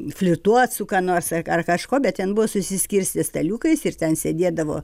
flirtuot su ka nors ar kažko bet ten buvo susiskirstę staliukais ir ten sėdėdavo